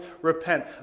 repent